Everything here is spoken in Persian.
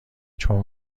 چون